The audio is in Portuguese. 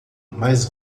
mas